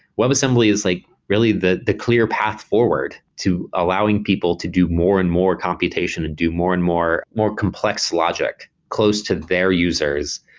webassembly is like really the the clear path forward to allowing people to do more and more computation and do more and more more complex logic close to their users.